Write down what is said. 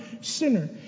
sinner